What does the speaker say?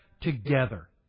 together